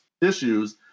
issues